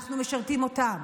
אנחנו משרתים אותם.